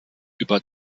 über